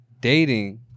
dating